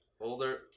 Older